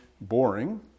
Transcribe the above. boring